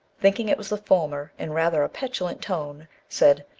thinking it was the former, in rather a petulant tone said,